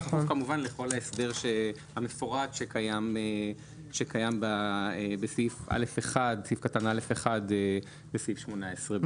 בכפוף כמובן לכל ההסדר המפורט שקיים בסעיף קטן (א1) בסעיף 18ב רבתי.